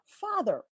father